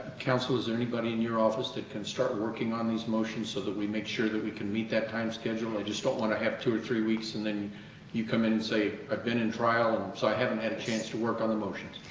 counsel, is there anybody in your office that can start working on these motions so that we make sure that we can meet that time schedule? i just don't want to have two or three weeks and then you come and say, i've been in trial so i haven't had a chance to work on the motions.